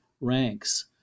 ranks